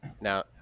now